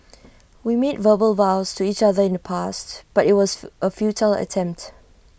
we made verbal vows to each other in the past but IT was A fu A futile attempt